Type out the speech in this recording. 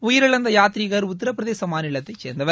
உயிரிழந்த யாத்ரீகள் உத்தரப்பிரதேச மாநிலத்தை சேர்ந்தவர்